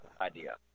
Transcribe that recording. idea